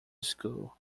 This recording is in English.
school